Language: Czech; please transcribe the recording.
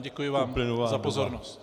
Děkuji vám za pozornost.